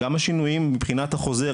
גם השינויים מבחינת החוזר,